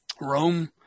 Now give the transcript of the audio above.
Rome –